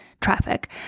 traffic